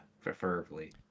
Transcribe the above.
preferably